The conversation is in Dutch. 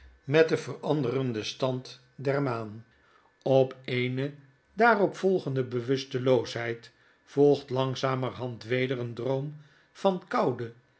met den veranderden stand der maan op eene daarop volgende bewusteloosheid volgt langzamerhand weder een droom van koude